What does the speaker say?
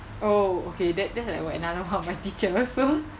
oh okay that that's like what one another of my teacher also